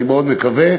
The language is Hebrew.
אני מאוד מקווה.